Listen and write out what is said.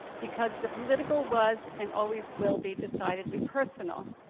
because the political was, and always will be, decidedly personal.